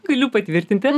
galiu patvirtinti